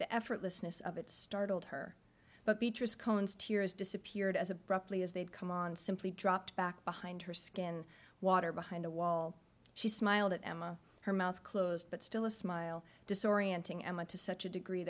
to effortlessness of it startled her but beatrice cohen's tears disappeared as abruptly as they'd come on simply dropped back behind her skin water behind a wall she smiled at emma her mouth closed but still a smile disorienting and went to such a degree